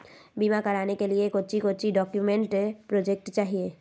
बीमा कराने के लिए कोच्चि कोच्चि डॉक्यूमेंट प्रोजेक्ट चाहिए?